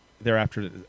thereafter